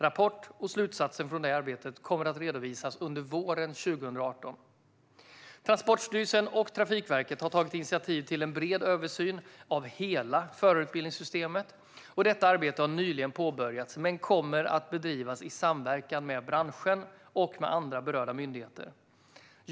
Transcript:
Rapport och slutsatser från det arbetet kommer att redovisas under våren 2018. Transportstyrelsen och Trafikverket har tagit initiativ till en bred översyn av hela förarutbildningssystemet. Detta arbete har nyligen påbörjats men kommer att bedrivas i samverkan med branschen och med andra berörda myndigheter.